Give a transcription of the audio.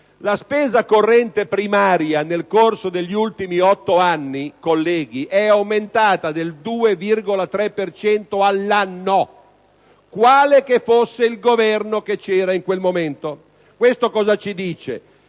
La spesa corrente primaria nel corso degli ultimi otto anni, colleghi, è aumentata del 2,3 per cento all'anno, quale che fosse il Governo del momento. Questo ci dice